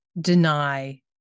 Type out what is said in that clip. deny